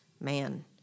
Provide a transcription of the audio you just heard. man